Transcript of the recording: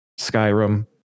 Skyrim